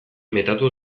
metatu